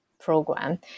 program